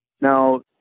now